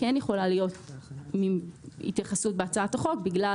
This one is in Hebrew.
כן יכולה להיות התייחסות בהצעת החוק בגלל